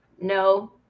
no